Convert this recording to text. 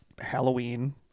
Halloween